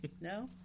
No